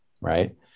right